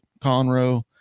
Conroe